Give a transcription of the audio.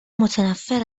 متنفر